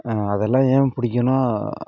அதெல்லாம் ஏன் பிடிக்கும்னா